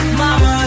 mama